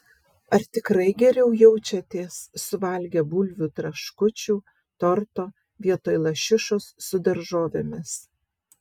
ar tikrai geriau jaučiatės suvalgę bulvių traškučių torto vietoj lašišos su daržovėmis